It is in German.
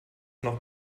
noch